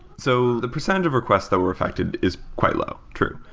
so the percentage of requests that were affected is quite low. true.